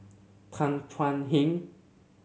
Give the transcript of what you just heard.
Tan Thuan Heng